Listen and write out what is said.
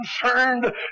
concerned